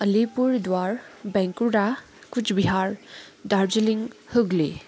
Alipurduar Bankura Coochbehar Darjeeling Hooghly